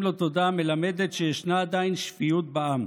לו תודה מלמדת שישנה עדיין שפיות בעם.